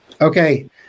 Okay